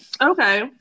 Okay